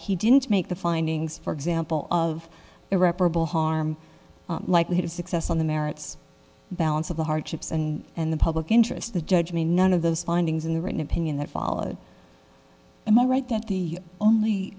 he didn't make the findings for example of irreparable harm the likelihood of success on the merits balance of the hardships and in the public interest the judge mean none of those findings in the written opinion that followed am i right that the only